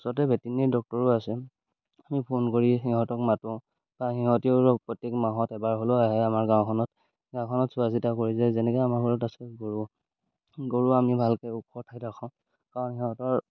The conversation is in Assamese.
ওচৰতে ভেটেনেৰি ডক্টৰো আছে আমি ফোন কৰি সিহঁতক মাতোঁ বা সিহঁতিও প্ৰত্যেক মাহত এবাৰ হ'লেও আহে আমাৰ গাঁওখনত গাঁওখনত চোৱা চিতা কৰি যায় যেনেকৈ আমাৰ ঘৰত আছে গৰু গৰু আমি ভালকৈ ওখ ঠাইত ৰাখো কাৰণ সিহঁতৰ